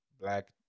black